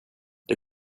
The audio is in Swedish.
det